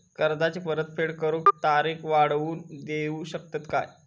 कर्जाची परत फेड करूक तारीख वाढवून देऊ शकतत काय?